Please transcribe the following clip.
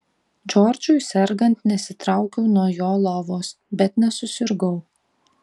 džordžui sergant nesitraukiau nuo jo lovos bet nesusirgau